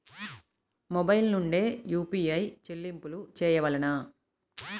Mobile నుండే UPI చెల్లింపులు చేయవలెనా?